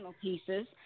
pieces